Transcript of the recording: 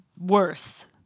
worse